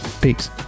Peace